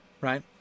right